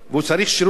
והוא צריך שירות,